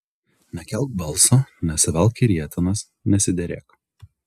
nekelk balso nesivelk į rietenas nesiderėk